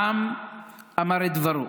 העם אמר את דברו.